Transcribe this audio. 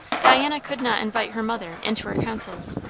diana could not invite her mother into her counsels.